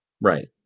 right